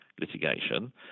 litigation